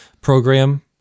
program